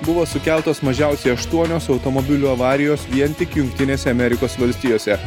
buvo sukeltos mažiausiai aštuonios automobilių avarijos vien tik jungtinėse amerikos valstijose